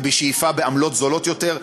ובשאיפה בעמלות זולות יותר,